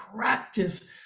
practice